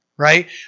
Right